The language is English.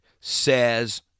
says